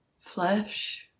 flesh